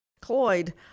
cloyd